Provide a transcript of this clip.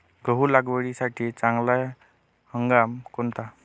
गहू लागवडीसाठी चांगला हंगाम कोणता?